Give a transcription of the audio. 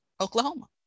Oklahoma